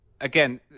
Again